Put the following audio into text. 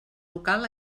local